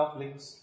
links